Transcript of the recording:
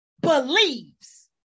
believes